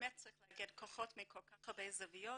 באמת צריך לאגד כוחות מכל כך הרבה זוויות,